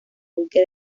buque